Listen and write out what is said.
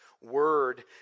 word